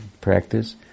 practice